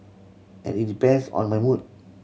and it depends on my mood